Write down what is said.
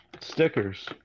Stickers